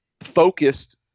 focused